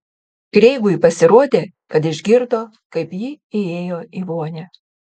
kreigui pasirodė kad išgirdo kaip ji įėjo į vonią